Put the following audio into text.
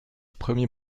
premier